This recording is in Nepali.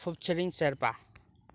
फुप छिरिङ शेर्पा